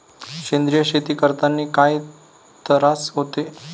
सेंद्रिय शेती करतांनी काय तरास होते?